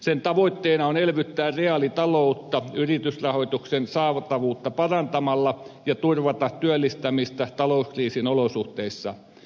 sen tavoitteena on elvyttää reaalitaloutta yritysrahoituksen saatavuutta parantamalla ja turvata työllistämistä talouskriisin olosuhteissa